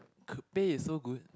pay is so good